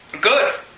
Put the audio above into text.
Good